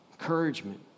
Encouragement